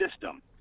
system